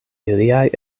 iliaj